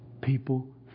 people